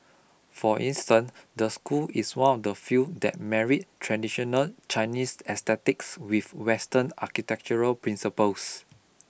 for instance the school is one of the few that married traditional Chinese aesthetics with Western architectural principles